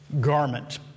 garment